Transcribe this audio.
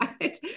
right